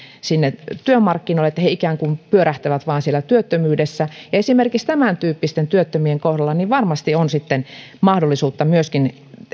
sinne työmarkkinoille he ikään kuin vain pyörähtävät siellä työttömyydessä ja esimerkiksi tämäntyyppisten työttömien kohdalla varmasti on sitten mahdollisuutta myöskin